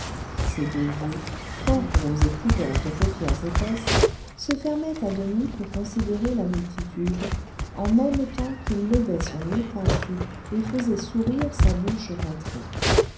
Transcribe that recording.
ses deux yeux fort gros et couverts de paupières épaisses se fermaient à demi pour considérer la multitude en même temps qu'il levait son nez pointu et faisait sourire sa bouche rentrée